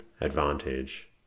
advantage